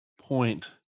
point